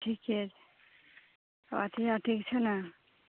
ठीके छै आओर ठीक छै ने